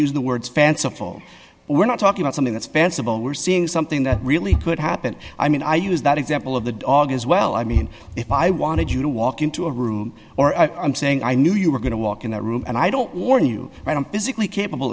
use the word fanciful we're not talking about something that's fanciful we're seeing something that really could happen i mean i use that example of the dog as well i mean if i wanted you to walk into a room or i'm saying i knew you were going to walk in a room and i don't warn you i don't physically capable